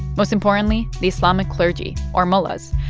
most importantly the islamic clergy, or mullahs,